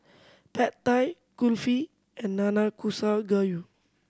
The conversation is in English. Pad Thai Kulfi and Nanakusa Gayu